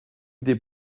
des